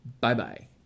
Bye-bye